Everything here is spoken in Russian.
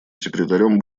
секретарем